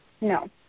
No